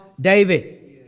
David